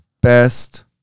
best